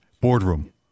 boardroom